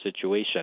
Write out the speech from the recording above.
situation